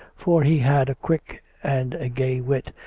for he had a quick and a gay wit,